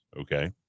Okay